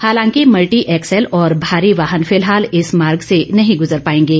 हालांकि multi axle और भारी वाहन फिलहाल इस मार्ग से नहीं गुजर पाएंगे